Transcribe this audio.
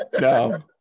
No